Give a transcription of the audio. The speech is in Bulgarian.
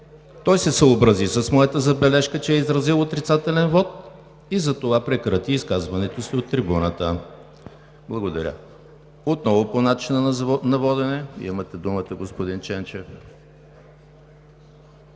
Той се съобрази с моята забележка, че е изразил отрицателен вот, и затова прекрати изказването си от трибуната. Благодаря. Отново по начина на водене – имате думата, господин Ченчев.